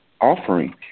offering